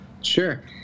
Sure